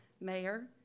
mayor